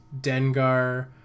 Dengar